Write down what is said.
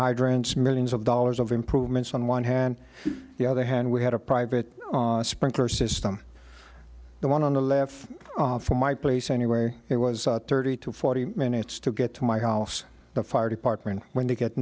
hydrants millions of dollars of improvements on one hand the other hand we had a private sprinkler system the one on the left from my place anyway it was thirty to forty minutes to get to my house the fire department when they get